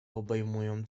obejmują